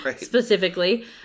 specifically